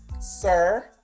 sir